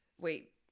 Wait